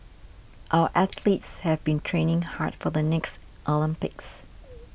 our athletes have been training hard for the next Olympics